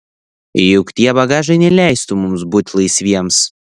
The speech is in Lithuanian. juk tie bagažai neleistų mums būti laisviems